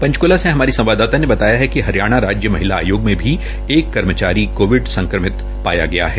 पंचकुला से हमारी संवाददात ने बताया है कि हरियाणा राज्य महिला आयोग में भी एक कर्मचारी कोविड संक्रमित पाया गया है